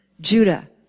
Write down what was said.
Judah